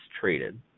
traded